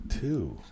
Two